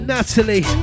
Natalie